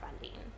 funding